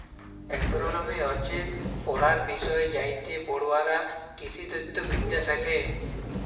agronomy হচ্যে পড়ার বিষয় যাইতে পড়ুয়ারা কৃষিতত্ত্ব বিদ্যা শ্যাখে